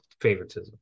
favoritism